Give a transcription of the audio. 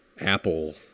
Apple